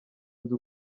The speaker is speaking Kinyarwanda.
nzu